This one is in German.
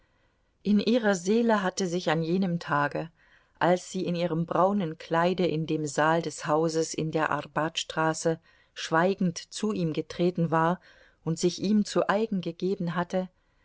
in ihrer seele hatte sich an jenem tage als sie in ihrem braunen kleide in dem saal des hauses in der arbat straße schweigend zu ihm getreten war und sich ihm zu eigen gegeben hatte